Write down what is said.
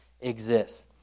exists